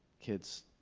kids,